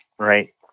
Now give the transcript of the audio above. right